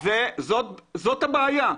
זאת הבעיה.